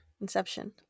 Inception